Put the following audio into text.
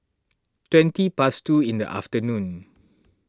twenty past two in the afternoon